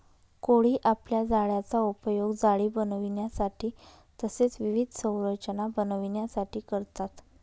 कोळी आपल्या जाळ्याचा उपयोग जाळी बनविण्यासाठी तसेच विविध संरचना बनविण्यासाठी करतात